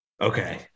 Okay